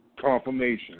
confirmation